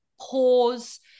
pause